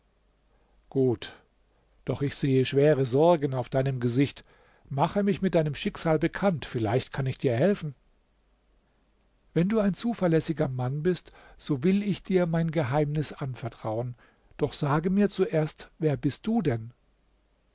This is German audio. gut doch ich sehe schwere sorgen auf deinem gesicht mache mich mit deinem schicksal bekannt vielleicht kann ich dir helfen wenn du ein zuverlässiger mann bist so will ich dir mein geheimnis vertrauen doch sage mir zuerst wer bist du denn